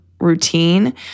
Routine